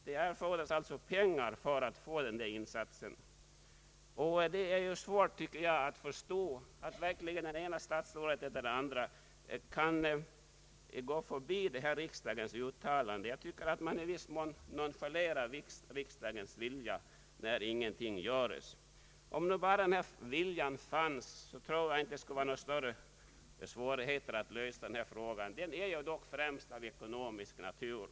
Det erfordras alltså pengar för att kunna göra denna insats. Det är verkligen svårt att förstå, tycker jag, att det ena statsrådet efter det andra kan gå förbi detta riksdagens uttalande. Jag tycker att man i viss mån nonchalerar riksdagens vilja när ingenting görs. Om bara viljan funnes, tror jag att det inte vore några större svårigheter att lösa detta problem, som dock främst är av ekonomisk natur.